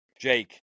Jake